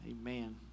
Amen